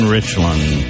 Richland